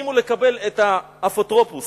הסכימו לקבל את האפוטרופוס